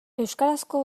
euskarazko